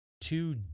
Two